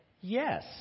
Yes